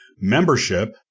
membership